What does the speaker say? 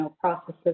processes